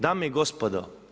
Dame i gospodo.